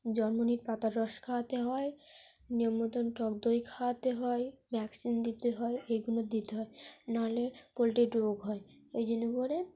জন্মনি পাতার রস খাওয়াতে হয় নিয়ম মতন টক দই খাওয়াতে হয় ভ্যাকসিন দিতে হয় এগুলো দিতে হয় নাহলে পোলট্রির রোগ হয় ওই জন্য করে